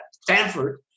Stanford